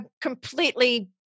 completely